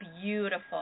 Beautiful